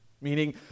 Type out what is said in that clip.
meaning